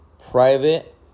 private